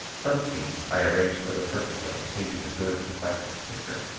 some scenes i arrange for the purpose of obtaining a good, effective picture,